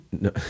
No